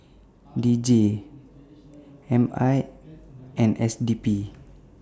D J M I and S D P